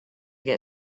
get